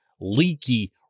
leaky